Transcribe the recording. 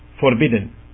forbidden